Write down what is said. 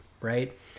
right